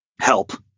help